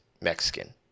Mexican